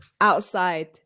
outside